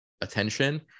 attention